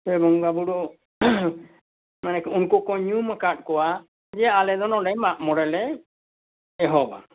ᱛᱮ ᱵᱚᱝᱜᱟ ᱵᱩᱨᱩ ᱢᱟᱱᱮ ᱩᱱᱠᱩ ᱠᱚ ᱧᱩᱢᱟᱠᱟᱫ ᱠᱚᱣᱟ ᱟᱞᱮᱫᱚ ᱱᱚᱸᱰᱮ ᱢᱟᱜᱼᱢᱚᱲᱮ ᱞᱮ ᱮᱦᱚᱵᱟ